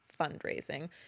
fundraising